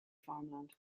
farmland